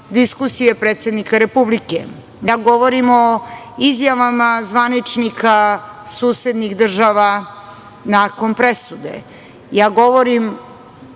diskusije predsednika Republike. Ja govorim o izjavama zvaničnika susednih država nakon presude. Ja govorim